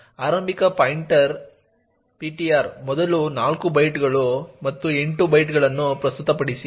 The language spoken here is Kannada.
ಆರಂಭಿಕ ಪಾಯಿಂಟರ್ ptr ಮೊದಲು ನಾಲ್ಕು ಬೈಟ್ಗಳು ಮತ್ತು ಎಂಟು ಬೈಟ್ಗಳನ್ನು ಪ್ರಸ್ತುತಪಡಿಸಿ